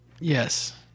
Yes